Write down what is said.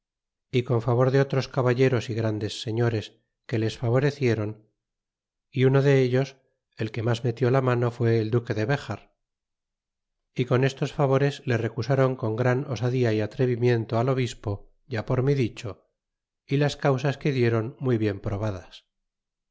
y coa favor de otros caballeros y grandes señores que les favorecieron y uno dellos y el que mas metió la mano fué el duque de bejar y con estos favores le recusaron con gran osadía y atrevimiento al obispo ya por mí dicho y las causas que diéron muy bien probadas